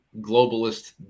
globalist